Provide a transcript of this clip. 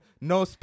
no